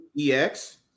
EX